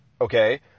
Okay